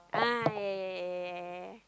ah yeah yeah yeah yeah yeah yeah yeah